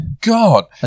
God